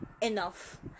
enough